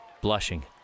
blushing